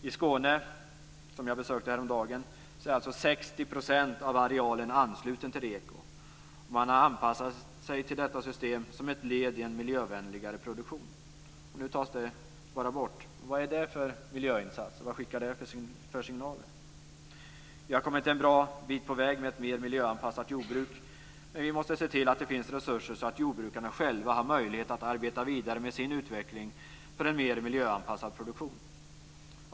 I Skåne, som jag besökte häromdagen, är alltså 60 % av arealen ansluten till RE KO, och man har anpassat sig till detta system som ett led i en miljövänligare produktion. Nu tas det bara bort. Vad är det för miljöinsats? Vilka signaler skickar det? Vi har kommit en bra bit på väg med ett mer miljöanpassat jordbruk, men vi måste se till att det finns resurser så att jordbrukarna själva har möjlighet att arbeta vidare med sin utveckling för en mer miljöanpassad produktion.